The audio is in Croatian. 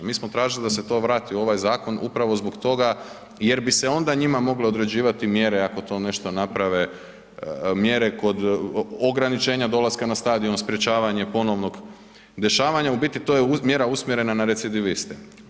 Mi smo tražili da se to vrati u ovaj zakon upravo zbog toga jer bi se onda njima mogle određivati mjere ako to nešto naprave, mjere kod ograničenja dolaska na stadion, sprječavanje ponovnog dešavanja, u biti, to je mjera usmjerena na recidiviste.